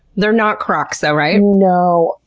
they're not crocs, so right? no,